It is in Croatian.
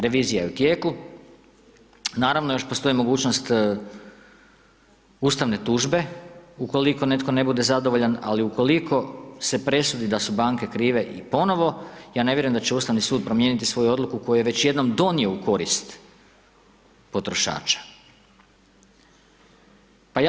Revizija je u tijeku, naravno još postoji mogućnost ustavne tužbe, ukoliko netko ne bude zadovoljan, ali ukoliko se presudi da su banke krive i ponovno, ja ne vjerujem da će Ustavni sud promijeniti svoju odluku, koju je već jednom donio u korist potrošača.